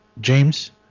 James